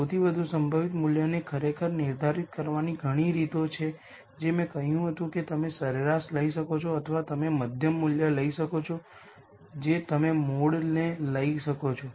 સૌથી વધુ સંભવિત મૂલ્યને ખરેખર નિર્ધારિત કરવાની ઘણી રીતો છે જે મેં કહ્યું હતું કે તમે સરેરાશ લઈ શકો છો અથવા તમે મધ્યમ મૂલ્ય લઈ શકો છો જે તમે મોડને લઈ શકો છો